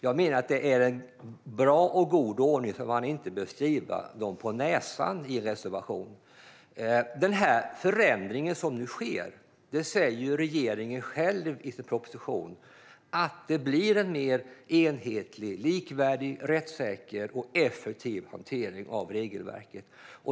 Jag menar att det är en bra och god ordning som man inte bör skriva dem på näsan i en reservation. Om den förändring som nu sker säger regeringen själv i sin proposition att det blir en mer enhetlig, likvärdig, rättssäker och effektiv hantering av regelverket.